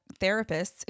therapists